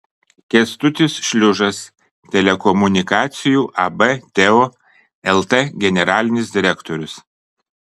kęstutis šliužas telekomunikacijų ab teo lt generalinis direktorius